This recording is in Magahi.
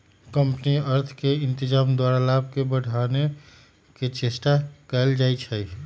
कंपनी अर्थ के इत्जाम द्वारा लाभ के बढ़ाने के चेष्टा कयल जाइ छइ